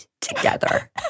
together